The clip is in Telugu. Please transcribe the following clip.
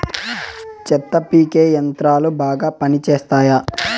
చెత్త పీకే యంత్రాలు బాగా పనిచేస్తాయా?